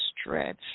stretch